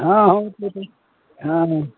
हँ हम हँ